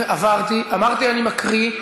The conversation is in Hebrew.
אני מבקש להוסיף אותי.